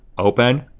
open.